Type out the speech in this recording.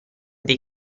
dei